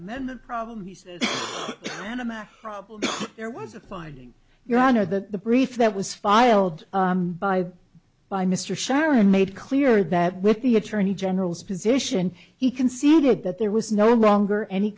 anima problem there was a finding your honor the brief that was filed by the by mr sharon made clear that with the attorney general's position he conceded that there was no longer any